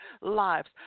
lives